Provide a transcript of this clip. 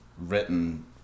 written